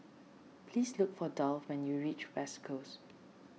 please look for Dolph when you reach West Coast